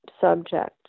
subject